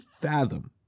fathom